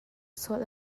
sual